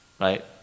right